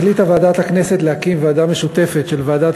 החליטה ועדת הכנסת להקים ועדה משותפת של ועדת